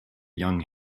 young